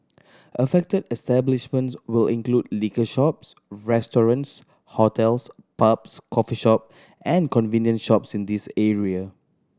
affected establishments will include liquor shops restaurants hotels pubs coffee shop and convenience shops in these area